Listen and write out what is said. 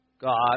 God